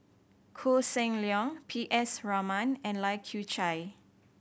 Koh Seng Leong P S Raman and Lai Kew Chai